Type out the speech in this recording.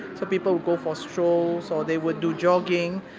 so people go for strolls, or they would do jogging,